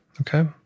Okay